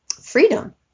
freedom